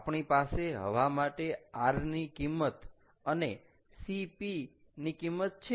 આપણી પાસે હવા માટે R ની કિંમત અને Cp કિંમત છે